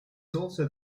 also